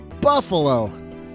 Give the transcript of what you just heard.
Buffalo